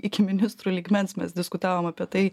iki ministrų lygmens mes diskutavom apie tai